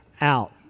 out